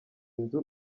inzu